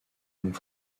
langue